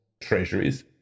treasuries